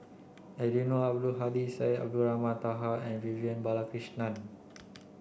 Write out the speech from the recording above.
Eddino Abdul Hadi Syed Abdulrahman Taha and Vivian Balakrishnan